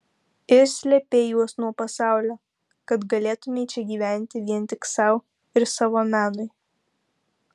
ir slėpei juos nuo pasaulio kad galėtumei čia gyventi vien tik sau ir savo menui